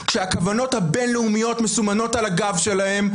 כשהכוונות הבין-לאומיות מסומנות על הגב שלהם,